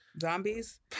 Zombies